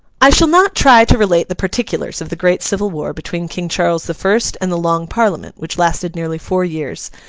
i shall not try to relate the particulars of the great civil war between king charles the first and the long parliament, which lasted nearly four years,